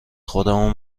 خودمو